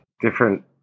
different